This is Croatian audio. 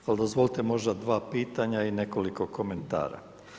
Ali dozvolite možda 2 pitanja i nekoliko komentara.